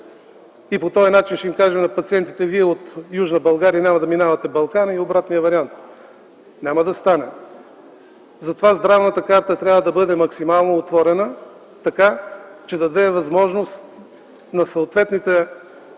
и по този начин ще кажем на пациентите: „Вие от Южна България няма да минавате Балкана.” и обратния вариант? Няма да стане. Затова здравната карта трябва да бъде максимално отворена така, че да даде възможност в съответните населени